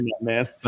man